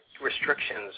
restrictions